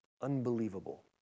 Unbelievable